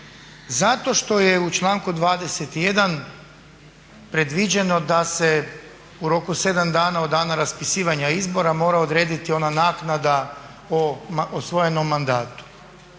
Zato što je u članku 21. predviđeno da se u roku 7 dana od dana raspisivanja izbora mora odrediti ona naknada o osvojenom mandatu.